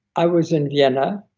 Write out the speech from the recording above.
i was in vienna,